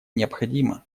необходимо